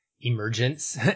emergence